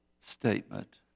statement